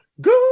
Good